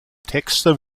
texter